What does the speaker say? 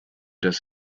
das